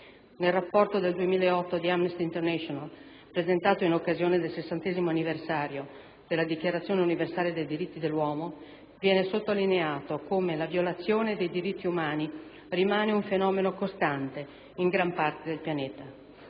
Nel rapporto del 2008 di Amnesty International, presentato in occasione del 60° anniversario della Dichiarazione universale dei diritti dell'uomo, viene sottolineato come la violazione dei diritti umani rimane un fenomeno costante in gran parte del pianeta.